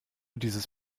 dieses